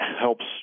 helps